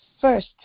first